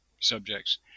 subjects